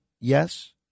Yes